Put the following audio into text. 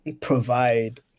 provide